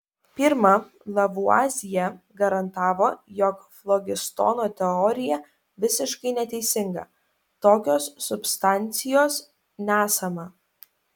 pirma lavuazjė garantavo jog flogistono teorija visiškai neteisinga tokios substancijos nesama